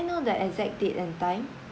know the exact date and time